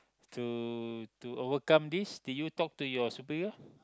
to to overcome this did you talk to your superior